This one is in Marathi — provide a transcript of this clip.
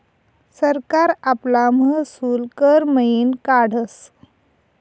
सरकार आपला महसूल कर मयीन काढस